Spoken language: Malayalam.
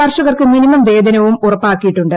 കർഷകർക്ക് മിനിമം വേതനവും ഉറപ്പാക്കിയിട്ടുണ്ട്